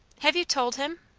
have you told him?